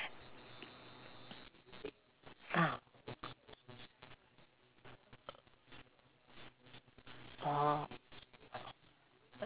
ah orh